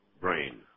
brain